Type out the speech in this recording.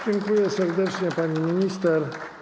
Dziękuję serdecznie, pani minister.